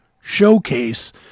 showcase